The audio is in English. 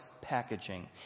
packaging